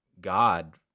God